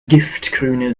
giftgrüne